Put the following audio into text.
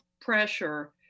pressure